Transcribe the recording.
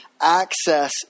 access